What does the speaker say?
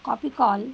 copy call